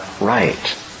right